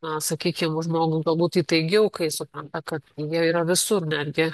na sakykim žmogui galbūt įtaigiau kai jis supranta kad jie yra visur netgi